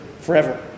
forever